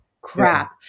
crap